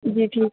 جی ٹھیک